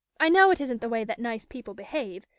i know it isn't the way that nice people behave,